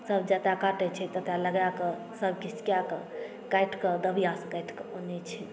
सभ जतय काटैत छै ततय लगा कऽ सभ किछु कए कऽ काटि कऽ दबिआसँ काटि कऽ आनैत छै